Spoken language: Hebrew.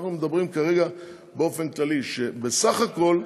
אנחנו מדברים כרגע באופן כללי, שבסך הכול,